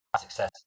success